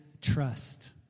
trust